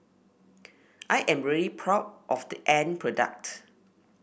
I am really proud of the end product